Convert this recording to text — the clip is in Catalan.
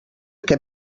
què